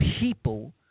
people